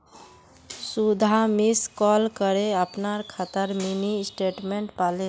सुधा miss call करे अपनार खातार मिनी स्टेटमेंट पाले